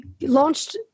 launched